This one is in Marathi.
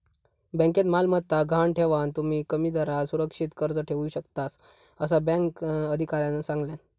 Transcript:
बँकेत मालमत्ता गहाण ठेवान, तुम्ही कमी दरात सुरक्षित कर्ज घेऊ शकतास, असा बँक अधिकाऱ्यानं सांगल्यान